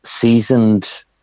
seasoned